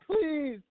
Please